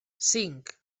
cinc